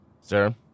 Sir